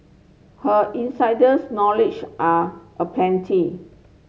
her insiders knowledge are aplenty